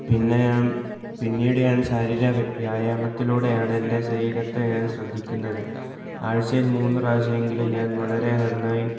പിന്നെ ഞാൻ പിന്നീട് ഞാൻ ശാരീരിക വ്യായാമത്തിലൂടെയാണ് എൻ്റെ ശരീരത്തെ ഞാൻ ശ്രദ്ധിക്കുന്നത് ആഴ്ചയിൽ മൂന്ന് പ്രാവശ്യമെങ്കിലും ഞാൻ വളരെ നന്നായി